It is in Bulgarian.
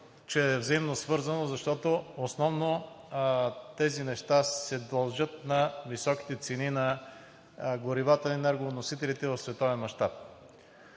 че е взаимно свързано, защото основно тези неща се дължат на високите цени на горивата и енергоносителите в световен мащаб.